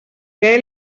què